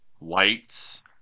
lights